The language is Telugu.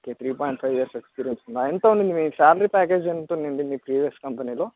okay three point five years experience ఉందా ఎంత ఉండేది మీ శాలరీ ప్యాకేజ్ ఎంత ఉండేది మీ త్రీ ఇయర్స్ కంపెనీలో